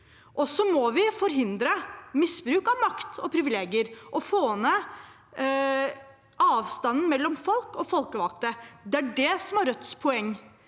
og vi må forhindre misbruk av makt og privilegier og få ned avstanden mellom folk og folkevalgte. Det er det som er Rødts poeng.